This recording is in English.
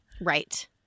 Right